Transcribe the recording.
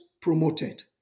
promoted